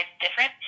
different